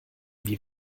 wie